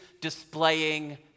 displaying